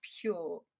pure